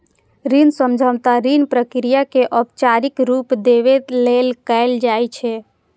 ऋण समझौता ऋण प्रक्रिया कें औपचारिक रूप देबय लेल कैल जाइ छै